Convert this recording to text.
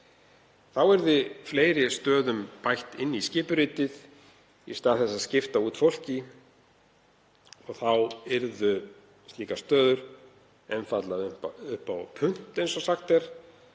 Þá yrði fleiri stöðum bætt inn í skipuritið í stað þess að skipta út fólki og þá yrðu slíkar stöður einfaldlega upp á punt, eins og sagt er,